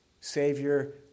Savior